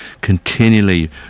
continually